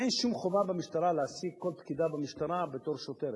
אין שום חובה במשטרה להעסיק כל פקידה במשטרה בתור שוטרת,